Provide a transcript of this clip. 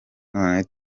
none